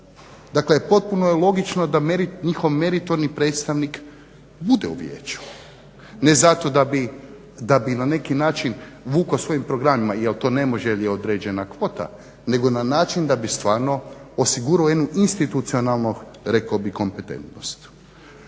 Dakle potpuno je logično da njihov meritorni predstavnik bude u vijeću, ne zato da bi na neki način vuko svojim programima, jer to ne može jer je određena kvota nego na način da bi osigurao jednu institucionalno rekao bih kompetentnost.